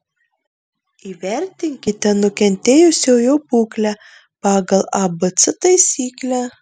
įvertinkite nukentėjusiojo būklę pagal abc taisyklę